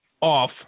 off